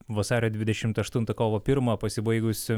vasario dvidešimt aštuntą kovo pirmą pasibaigusių